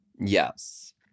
Yes